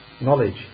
knowledge